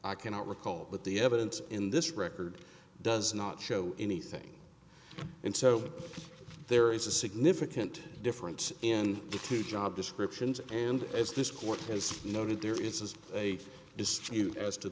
i cannot recall but the evidence in this record does not show anything and so there is a significant difference in the two job descriptions and as this court has noted there is a dispute as to